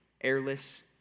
airless